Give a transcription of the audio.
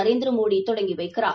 நரேந்திரமோடிதொடங்கிவைக்கிறார்